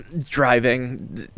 driving